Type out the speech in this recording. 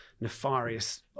nefarious